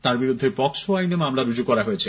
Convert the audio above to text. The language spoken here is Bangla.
তার বিরুদ্ধে পকসো আইনে মামলা রুজু করা হয়েছে